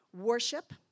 Worship